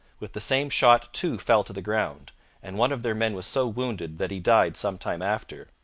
with the same shot two fell to the ground and one of their men was so wounded that he died some time after.